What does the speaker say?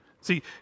See